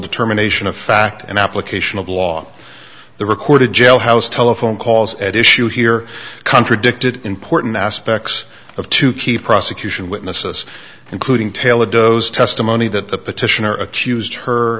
determination of fact and application of law the recorded jailhouse telephone calls at issue here contradicted important aspects of two key prosecution witnesses including taylor doe's testimony that the petitioner accused her